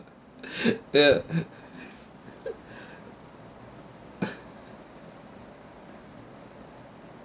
ya